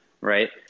right